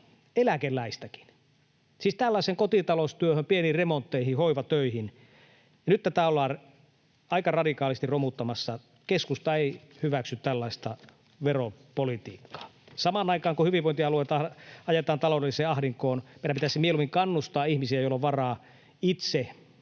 eläkeläistäkin, siis kotitaloustöihin, pieniin remontteihin, hoivatöihin, ja nyt tätä ollaan aika radikaalisti romuttamassa. Keskusta ei hyväksy tällaista veropolitiikkaa. Samaan aikaan kun hyvinvointialueita ajetaan taloudelliseen ahdinkoon, meidän pitäisi mieluummin kannustaa ihmisiä, joilla on varaa, itse